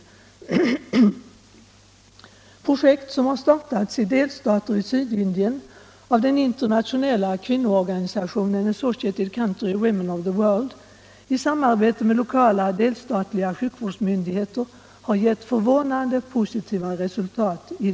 Projekt som startats i delstater i Sydindien av den internationella kvinnoorganisationen Associated Country Women of the World i samarbete med lokala delstatliga sjukvårdsmyndigheter har gett förvånande positiva resultat.